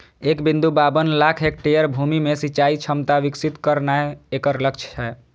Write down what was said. एक बिंदु बाबन लाख हेक्टेयर भूमि मे सिंचाइ क्षमता विकसित करनाय एकर लक्ष्य छै